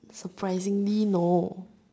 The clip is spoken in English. surprisingly no